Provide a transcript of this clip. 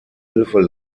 hilfe